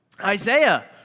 Isaiah